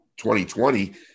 2020